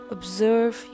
Observe